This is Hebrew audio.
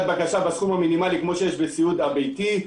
בקשה בסכום המינימלי כמו שיש בסיעוד הביתי.